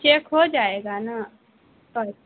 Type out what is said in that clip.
check ہو جائے گا نا